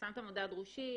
פרסמת מודעת דרושים,